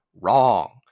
Wrong